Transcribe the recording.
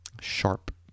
sharp